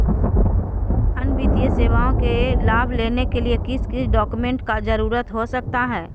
अन्य वित्तीय सेवाओं के लाभ लेने के लिए किस किस डॉक्यूमेंट का जरूरत हो सकता है?